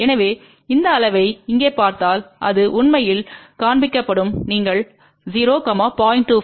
எனவே இந்த அளவை இங்கே பார்த்தால் அது உண்மையில் காண்பிக்கப்படும் நீங்கள் 0 0